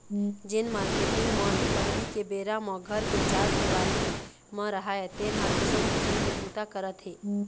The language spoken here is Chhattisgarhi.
जेन मारकेटिंग मन पहिली के बेरा म घर के चार देवाली म राहय तेन ह किसम किसम के बूता करत हे